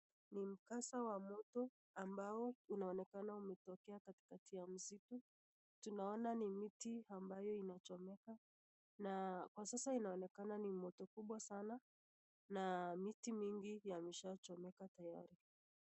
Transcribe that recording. Ni mkasa wa moto ambao unaonekana umetokea katikati ya msitu. Tunaona ni mti ambayo inachomeka na kwa sasa inaonekana ni moto kubwa sana na miti mingi yameshachomeka tayari.